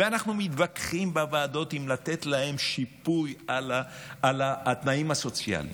ואנחנו מתווכחים בוועדות אם לתת להם שיפוי על התנאים הסוציאליים.